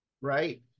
Right